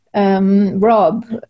Rob